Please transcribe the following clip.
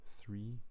three